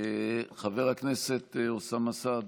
חבר הכנסת אוסאמה סעדי,